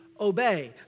obey